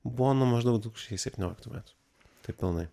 buvo nuo maždaug du tūkstančiai septynioliktų metų taip pilnai